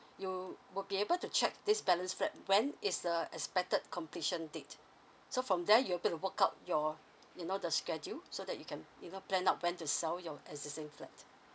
you would be able to check this balance flat when it's uh expected completion date so from there you able to work out your you know the schedule so that you can you know plan out when to sell your existing flat